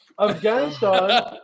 Afghanistan